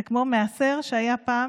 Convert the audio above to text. זה כמו מעשר שהיה פעם.